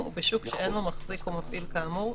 או שיסמנו מקומות לעמידה בתורים.